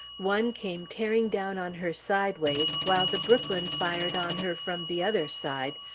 one came tearing down on her sideways, while the brooklyn fired on her from the other side,